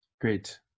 Great